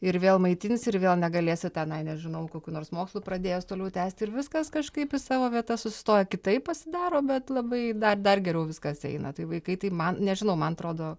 ir vėl maitinsi ir vėl negalėsi tenai nežinau kokių nors mokslų pradėjęs toliau tęsti ir viskas kažkaip į savo vietas sustoja kitaip pasidaro bet labai dar dar geriau viskas eina tai vaikai tai man nežinau man atrodo